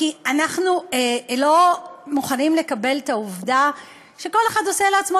כי אנחנו לא מוכנים לקבל את העובדה שכל אחד עושה שבת לעצמו,